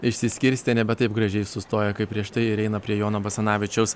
išsiskirstė nebe taip gražiai sustoję kaip prieš tai ir eina prie jono basanavičiaus